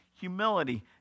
humility